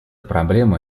проблема